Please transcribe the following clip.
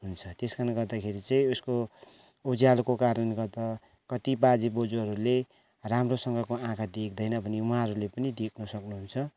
हुन्छ त्यस कारणले गर्दाखेरि चाहिँ यसको उज्यालोको कारणले गर्दा कति बाजे बोज्यूहरूले राम्रोसँगको आँखा देख्दैन भने उहाँरूले पनि देख्न सक्नुहुन्छ